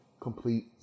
complete